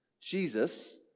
Jesus